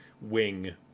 wing